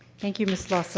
thank you, ms. ah so